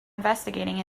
investigating